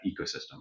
ecosystem